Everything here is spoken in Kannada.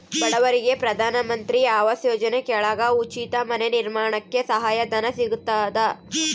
ಬಡವರಿಗೆ ಪ್ರಧಾನ ಮಂತ್ರಿ ಆವಾಸ್ ಯೋಜನೆ ಕೆಳಗ ಉಚಿತ ಮನೆ ನಿರ್ಮಾಣಕ್ಕೆ ಸಹಾಯ ಧನ ಸಿಗತದ